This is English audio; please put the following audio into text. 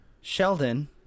Sheldon